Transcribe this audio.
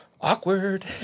awkward